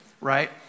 right